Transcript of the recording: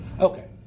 Okay